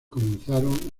comenzaron